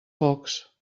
focs